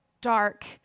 dark